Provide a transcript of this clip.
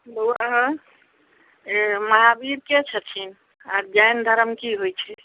hello हँ ई महावीर केँ छथिन आ जैन धर्म की होइत छै